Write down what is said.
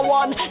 one